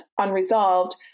unresolved